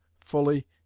fully